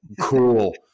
Cool